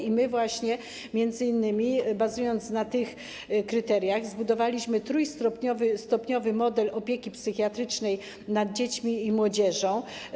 I my właśnie, m.in. bazując na tych kryteriach, zbudowaliśmy trójstopniowy model opieki psychiatrycznej nad dziećmi i młodzieżą.